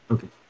Okay